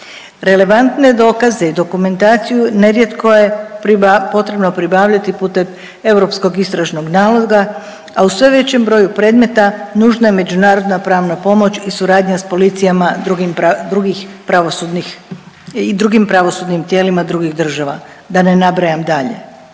Relevantne dokaze i dokumentaciju nerijetko je potrebno pribavljati putem europskog istražnog naloga, a u sve većem broju premeta nužna je međunarodna pravna pomoć i suradnja s policijama drugim, drugih pravosudnih, i drugim pravosudnim tijelima drugim državama, da ne nabrajam dalje.